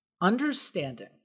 understanding